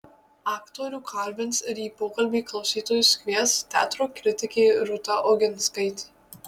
aktorių kalbins ir į pokalbį klausytojus kvies teatro kritikė rūta oginskaitė